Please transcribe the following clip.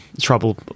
trouble